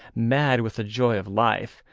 mad with the joy of life,